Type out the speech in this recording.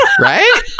right